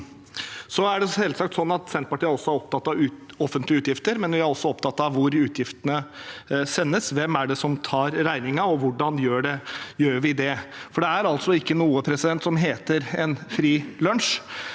Det er selvsagt sånn at Senterpartiet er opptatt av offentlige utgifter, men vi er også opptatt av hvor utgiftene sendes. Hvem er det som tar regningen, og hvordan gjør vi det? Det er altså ikke noe som heter en gratis lunsj.